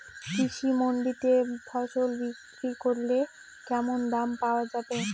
কৃষি মান্ডিতে ফসল বিক্রি করলে কেমন দাম পাওয়া যাবে?